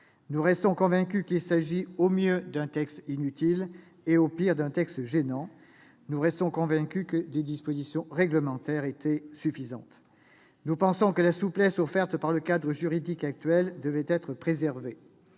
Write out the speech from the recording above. Nous restons convaincus qu'il s'agit au mieux d'un texte inutile et au pire d'un texte gênant, et que des dispositions réglementaires suffisaient. Nous pensons que la souplesse offerte par le cadre juridique actuel devait être préservée.